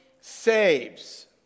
saves